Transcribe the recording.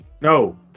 No